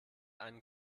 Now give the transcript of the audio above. einen